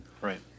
Right